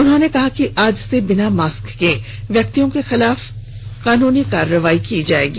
उन्होंने कहा कि आज से बिना मास्क के व्यक्तियों के खिलाफ कानूनी कार्रवाई की जाएगी